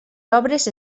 obres